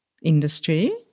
Industry